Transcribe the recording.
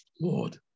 Lord